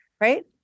Right